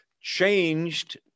changed